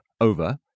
over